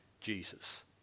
Jesus